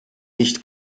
nicht